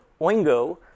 Oingo